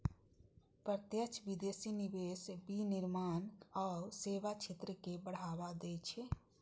प्रत्यक्ष विदेशी निवेश विनिर्माण आ सेवा क्षेत्र कें बढ़ावा दै छै